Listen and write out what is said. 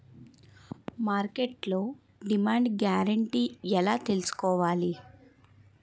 మార్కెట్లో demand guarantee ఎలా తెల్సుకోవాలి?